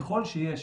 ככל שיש